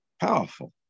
Powerful